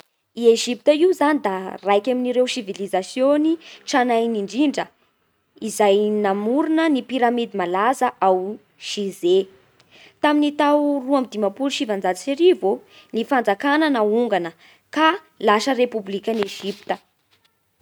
I Egypte io zany da raika amin'ireo sivilizasiôny tranainy indrindra izay namorona ny piramidy malaza ao Gizeh. Tamin'ny tao roa amby dimampolo sy sivanjato sy arivo ô, ny fanjakana nahongana ka lasa repoblikan'i Egypte a.